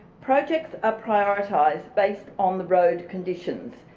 projects are prioritised based on the road conditions.